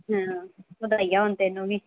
ਹਾਂ ਵਧਾਈਆਂ ਹੋਣ ਤੈਨੂੰ ਵੀ